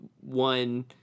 one